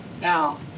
Now